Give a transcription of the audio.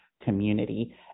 community